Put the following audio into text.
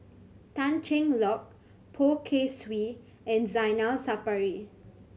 Tan Cheng Lock Poh Kay Swee and Zainal Sapari